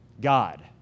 God